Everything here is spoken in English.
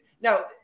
now